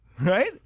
right